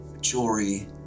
jewelry